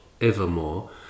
evermore